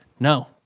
No